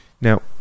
Now